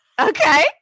Okay